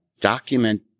document